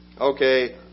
okay